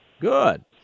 Good